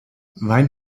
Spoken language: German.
wein